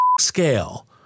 scale